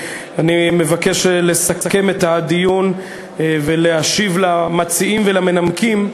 אני מבקש לסכם את הדיון ולהשיב למציעים ולמנמקים,